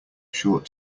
short